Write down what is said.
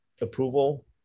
approval